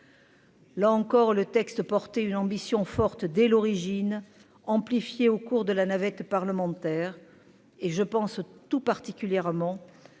Là encore le texte porté une ambition forte dès l'origine, amplifié au cours de la navette parlementaire et je pense tout particulièrement à la